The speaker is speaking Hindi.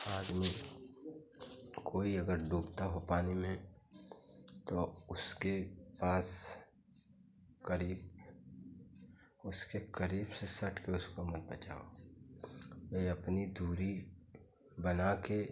आदमी कोई अगर डूबता हो पानी में तो उसके पास करीब उसके करीब से सटके उसको मत बचाओ वे अपनी दूरी बनाके